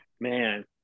man